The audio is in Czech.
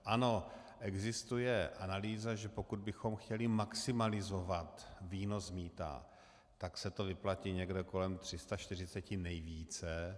Ano, existuje analýza, že pokud bychom chtěli maximalizovat výnos z mýta, tak se to vyplatí někde kolem 340 nejvíce.